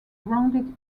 grounded